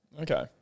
Okay